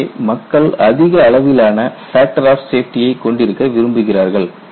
எனவே மக்கள் அதிக அளவிலான ஃபேக்டர் ஆப் சேஃப்டியைக் கொண்டிருக்க விரும்புகிறார்கள்